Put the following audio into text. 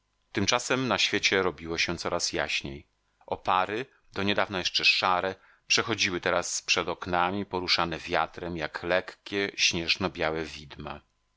tymczasem na świecie robiło się coraz jaśniej opary do niedawna jeszcze szare przechodziły teraz przed oknami poruszane wiatrem jak lekkie śnieżno białe widma